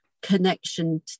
connection